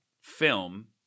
film